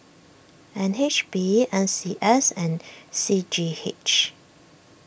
N H B N C S and C G H